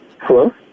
Hello